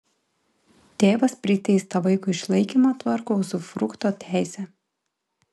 tėvas priteistą vaikui išlaikymą tvarko uzufrukto teise